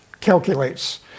calculates